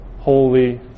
Holy